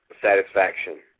satisfaction